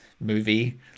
movie